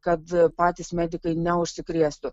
kad patys medikai neužsikrėstų